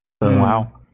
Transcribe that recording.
Wow